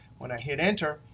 when i hit enter,